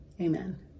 Amen